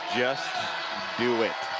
just do it.